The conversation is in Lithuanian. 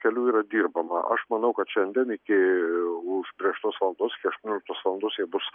kelių yra dirbama aš manau kad šiandien iki užbrėžtos valandos iki aštuonioliktos valandos jie bus